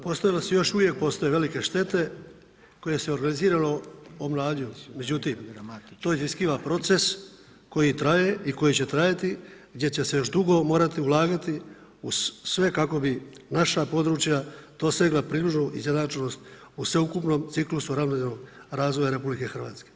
Postojale su i još uvijek postoje velike štete koje se organizirano umanjuju međutim to iziskiva proces koji traje i koji će trajati gdje će se još dugo morati ulagati uz sve kako bi naša područja dosegla približnu izjednačenost u sveukupnom ciklusu ravnomjernog razvoja RH.